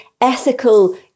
ethical